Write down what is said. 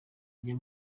njya